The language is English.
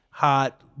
hot